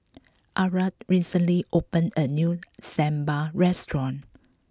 Arah recently opened a new Sambar restaurant